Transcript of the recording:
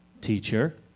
Teacher